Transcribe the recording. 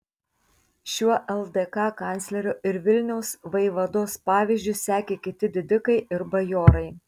šiuo ldk kanclerio ir vilniaus vaivados pavyzdžiu sekė kiti didikai ir bajorai